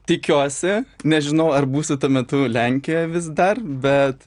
tikiuosi nežinau ar būsiu tuo metu lenkijoje vis dar bet